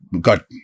got